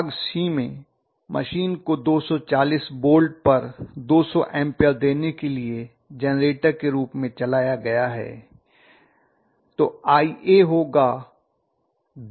भाग सी में मशीन को 240 वोल्ट पर 200 एम्पीयर देने के लिए जेनरेटर के रूप में चलाया गया है